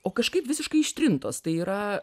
o kažkaip visiškai ištrintos tai yra